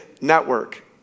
network